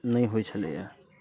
नहि होइत छलैया